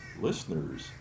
listeners